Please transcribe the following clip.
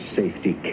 safety